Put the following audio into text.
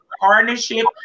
partnership